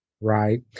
Right